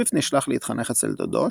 סוויפט נשלח להתחנך אצל דודו,